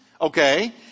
Okay